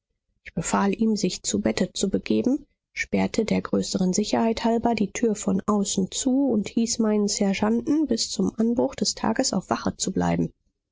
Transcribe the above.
ich befahl ihm sich zu bette zu begeben sperrte der größeren sicherheit halber die tür von außen zu und hieß meinen sergeanten bis zum anbruch des tages auf wache zu bleiben